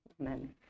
amen